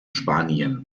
spanien